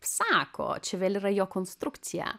sako čia vėl yra jo konstrukcija